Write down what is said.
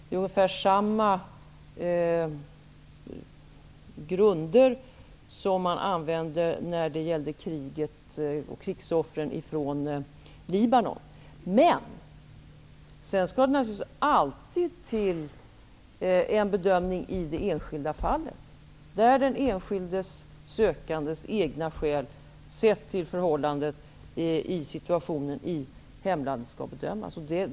Det är ungefär samma grunder som man använde när det gällde krigsoffren från Libanon. Men sedan skall det naturligtvis alltid till en bedömning i det enskilda fallet, där den enskilde sökandens egna skäl sett i förhållande till situationen i hemlandet skall bedömas.